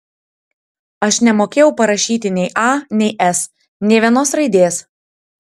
aš nemokėjau parašyti nei a nei s nė vienos raidės